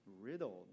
riddled